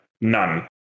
none